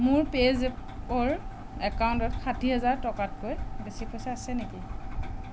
মোৰ পে'জেপৰ একাউণ্টত ষাঠিহেজাৰ টকাতকৈ বেছি পইচা আছে নেকি